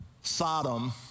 Sodom